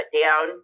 down